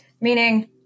meaning